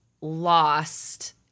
Lost –